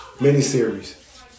mini-series